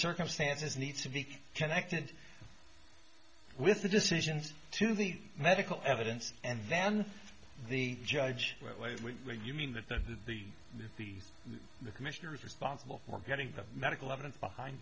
circumstances needs to be connected with the decisions to the medical evidence and then the judge you mean that the the the the commissioner is responsible for getting the medical evidence behind